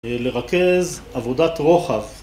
לרכז עבודת רוחב